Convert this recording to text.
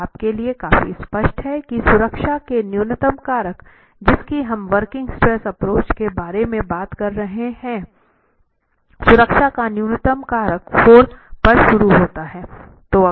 यह आपके लिए काफी स्पष्ट है कि सुरक्षा के न्यूनतम कारक जिसकी हम वर्किंग स्ट्रेस एप्रोच के बारे में बात कर रहे हैं सुरक्षा का न्यूनतम कारक 4 पर शुरू होता है